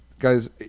Guys